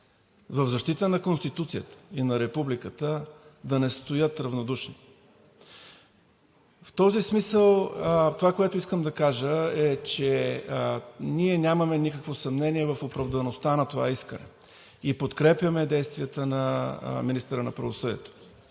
в защита на Конституцията и републиката, да не стоят равнодушни. В този смисъл това, което искам да кажа, е, че ние нямаме никакво съмнение в оправдаността на това искане и подкрепяме действията на министъра на правосъдието.